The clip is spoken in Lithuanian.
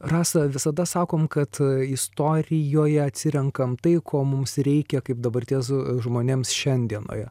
rasa visada sakom kad istorijoje atsirenkam tai ko mums reikia kaip dabarties žmonėms šiandienoje